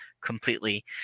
completely